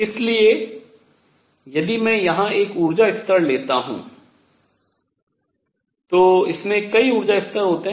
इसलिए यदि मैं यहां एक ऊर्जा स्तर लेता हूँ तो इसमें कई ऊर्जा स्तर होते हैं